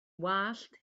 wallt